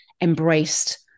embraced